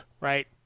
right